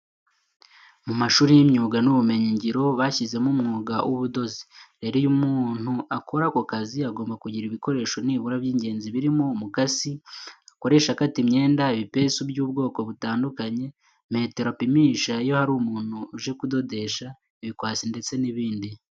Mu mashuri y'imyuga n'ubumenyingiro bashyizemo umwuga w'ubudozi. Rero iyo umuntu akora aka kazi agomba kugira ibikoresho nibura by'ingenzi birimo umukasi akoresha akata imyenda, ibipesu by'ubwoko butandukanye, metero apimisha iyo hari umuntu uje kudodesha, ibikwasi ndetse n'ibindi.